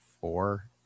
four